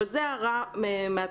אבל זו הערה מהצד.